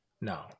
No